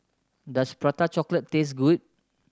does Prata Chocolate taste good